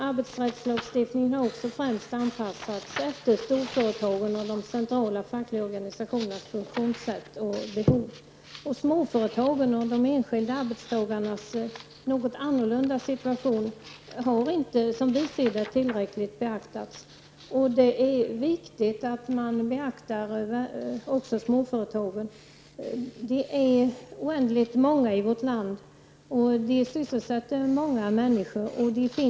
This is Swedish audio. Arbetsrättslagstiftningen har också främst anpassats efter storföretagen och de centrala fackliga organisationernas funktionssätt och behov. Småföretagens och de enskilda arbetstagarnas något annorlunda situation har inte, som vi ser det, beaktats tillräckligt. Det är viktigt att man också beaktar småföretagen. De är oändligt många i vårt land, finns över hela Sverige och sysselsätter många människor.